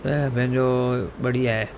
त पंहिंजो बढ़िया आहे